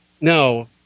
No